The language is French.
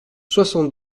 soixante